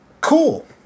cool